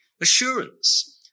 assurance